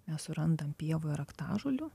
mes surandam pievoj raktažolių